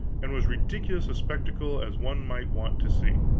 and was ridiculous a spectacle as one might want to see.